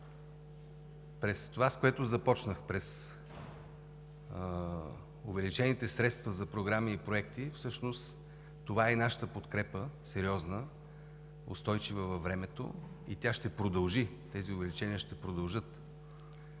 През това, с което започнах – през увеличените средства за програми и проекти, всъщност това е нашата сериозна подкрепа, устойчива във времето. Тези увеличения ще продължат